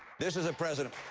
this is a president.